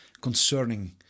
concerning